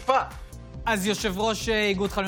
התמריץ הראשון